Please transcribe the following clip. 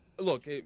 look